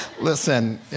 listen